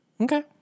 Okay